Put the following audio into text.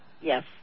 Yes